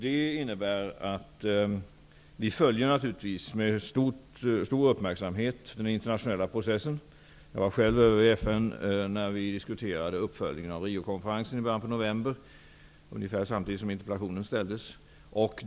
Det innebär att vi naturligtvis med stor uppmärksamhet följer den internationella processen. Jag deltog själv i FN i en diskussion i början av nobember om uppföljningen av Riokonferensen. Den ägde rum ungefär samtidigt som interpellationen ställdes.